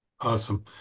Awesome